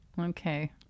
Okay